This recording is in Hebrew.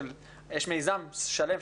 יש מיזם שלם,